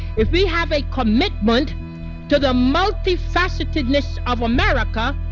if we have a commitment to the multifacetedness of america,